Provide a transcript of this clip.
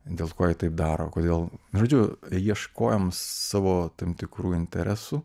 dėl ko jie taip daro kodėl žodžiu ieškojom savo tam tikrų interesų